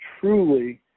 truly